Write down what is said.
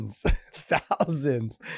thousands